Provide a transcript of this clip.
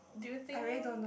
do you think